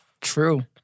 True